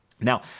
Now